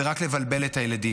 זה רק לבלבל את הילדים.